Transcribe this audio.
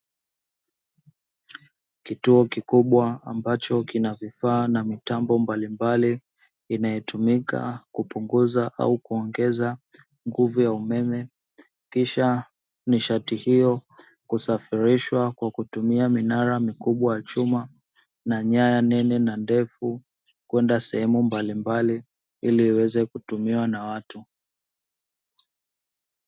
Kituo kikubwa ambacho kina vifaa na mitambo mbalimbali, inayotumika kupunguza au kuongeza nguvu ya umeme, kisha nishati hiyo kusafirishwa kwa kutumia minara mikubwa ya chuma, na nyaya nene na ndefu kwenda sehemu mbalimbali ili iweze kutumiwa na watu.